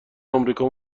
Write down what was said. امریکا